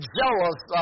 jealous